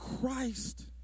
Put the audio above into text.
Christ